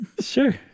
Sure